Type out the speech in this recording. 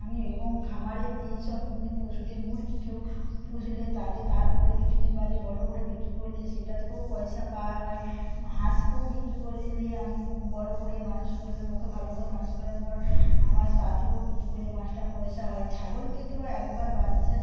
আমি এবং খামারের যেই সব পশুদের মুরগিকেও পুষলে তাদের তারপরে কিছুদিন বাদে বড়ো করে বিক্রি করলে সেটা থেকেও পয়সা পাওয়া হয় হাঁসকেও বিক্রি করলে আমি বড়ো করে মানুষ করলুম ওকে ভালো করে মানুষ করার পর আমার তা থেকেও বিক্রি করলে পাঁচটা পয়সা হয় ছাগলকে তো একবার বাচ্চা